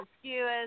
skewers